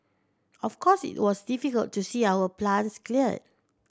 of course it was difficult to see our plants cleared